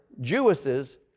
Jewesses